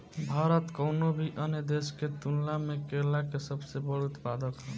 भारत कउनों भी अन्य देश के तुलना में केला के सबसे बड़ उत्पादक ह